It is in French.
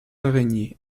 araignées